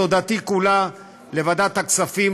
תודתי כולה לוועדת הכספים,